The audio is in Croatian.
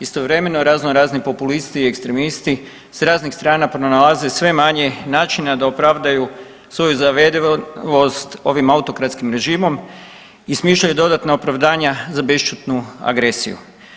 Istovremeno raznorazni populisti i ekstremisti s raznih strana pronalaze sve manje načina da opravdaju svoju zavedivost ovim autokratskim režimom i smišljaju dodatna opravdanja za bešćutnu agresiju.